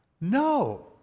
No